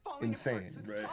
insane